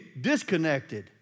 disconnected